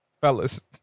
Fellas